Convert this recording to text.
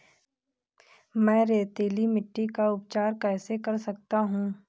मैं रेतीली मिट्टी का उपचार कैसे कर सकता हूँ?